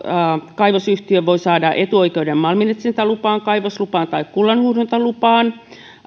kaivosyhtiö voi saada etuoikeuden malminetsintälupaan kaivoslupaan tai kullanhuuhdontalupaan